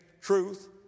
truth